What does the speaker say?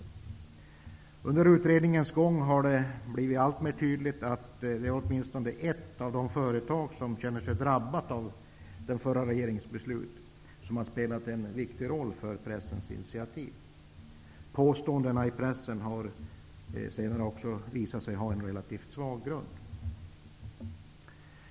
Under utredningens gång har det blivit alltmer tydligt att åtminstone ett av de företag som känner sig drabbat av den förra regeringens beslut har spelat en viktig roll för pressens initiativ. Påståendena i pressen har senare också visat sig ha en relativt svag grund.